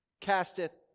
casteth